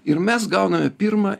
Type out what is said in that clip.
ir mes gauname pirmą